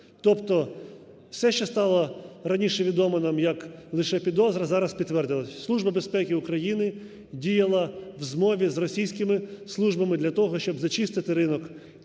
Тобто все, що стало раніше відоме нам як лише підозра, зараз підтвердилось. Служба безпеки України діяла в змові з російськими службами для того, щоб зачистити ринок